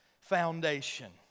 foundation